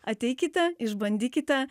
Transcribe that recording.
ateikite išbandykite